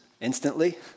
instantly